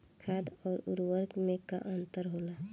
खाद्य आउर उर्वरक में का अंतर होला?